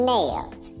Nails